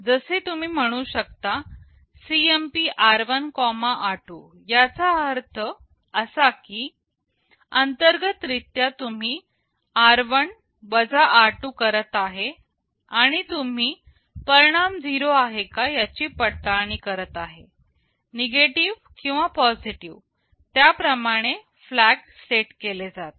जसे तुम्ही म्हणू शकता CMP r1 r2 याचा अर्थ असा की अंतर्गत रित्या तुम्ही r1 r2 करत आहे आणि तुम्ही परिणाम 0 आहे का याची पडताळणी करत आहे निगेटिव्ह किंवा पॉझिटिव्ह त्याप्रमाणे फ्लॅग सेट केले जातील